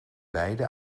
beide